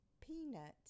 Peanut